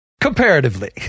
comparatively